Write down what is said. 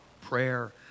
prayer